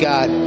God